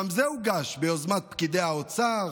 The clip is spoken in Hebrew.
זה גם הוגש ביוזמת פקידי האוצר